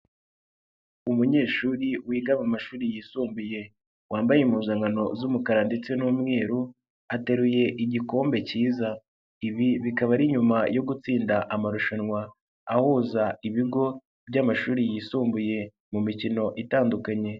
Umunyeshuri wiga mu mashuri yisumbuye wambaye impuzankano z'umukara ndetse n'umweru, ateruye igikombe kiza, ibi bikaba ari nyuma yo gutsinda amarushanwa ahuza ibigo by'amashuri yisumbuye mu mikino itandukanye.